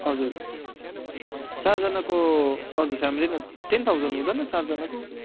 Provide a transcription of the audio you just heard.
हजुर चारजनाको हजुर फ्यामिली नै टेन थाउजन्ड हुँदैन चारजनाको